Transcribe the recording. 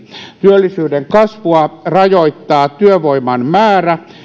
työllisyyden kasvua rajoittavat työvoiman määrä